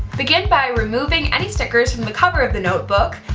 begin by removing any stickers from the cover of the notebook,